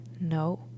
No